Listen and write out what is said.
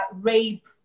rape